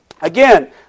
Again